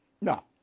No